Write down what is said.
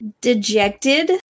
dejected